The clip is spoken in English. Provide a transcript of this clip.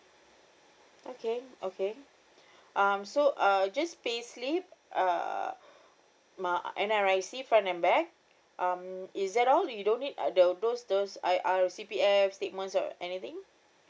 okay okay um so uh just pay slip uh my N_R_I_C front and back um is that all you don't need uh tho~ those those I uh C_P_F statements or anything